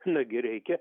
nagi reikia